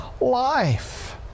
life